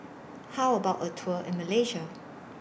How about A Tour in Malaysia